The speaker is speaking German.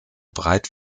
breit